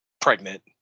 pregnant